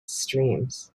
streams